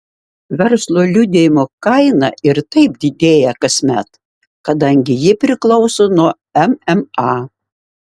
verslo liudijimo kaina ir taip didėja kasmet kadangi ji priklauso nuo mma